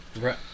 Right